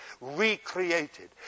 recreated